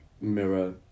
mirror